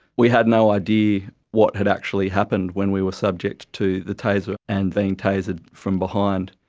we had no idea what had actually happened when we were subject to the taser and being tasered from behind.